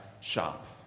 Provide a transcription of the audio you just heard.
shop